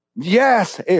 Yes